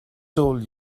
told